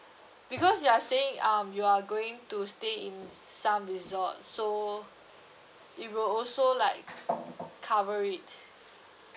because you are staying um you are going to stay in some resort so it will also like cover it